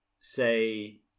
say